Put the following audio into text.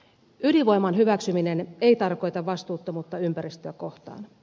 ydinvoiman hyväksyminen ei tarkoita vastuuttomuutta ympäristöä kohtaan